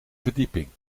verdieping